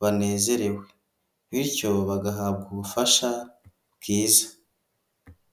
banezerewe bityo bagahabwa ubufasha bwiza.